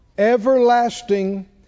Everlasting